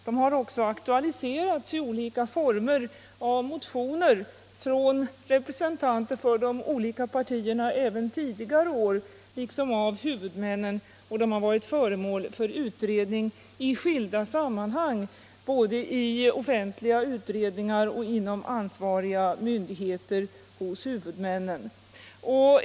De har aktualiserats i olika former av motioner från representanter för de olika partierna även tidigare år, liksom av huvudmännen, och de har varit föremål för utredning i skilda sammanhang -— i offentliga utredningar, inom ansvariga myndigheter och hos huvudmännen.